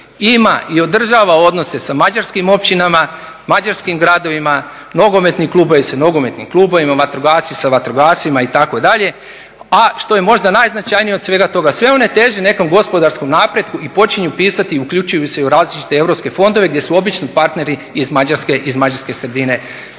ima i održava odnose sa mađarskim općinama, mađarskim gradovima, nogometne klubove sa nogometnim klubovima, vatrogasci sa vatrogascima itd. A što je možda najznačajnije od svega toga, sve one teže nekom gospodarskom napretku i počinju pisati i uključuju se u različite europske fondove gdje su obično partneri iz Mađarske i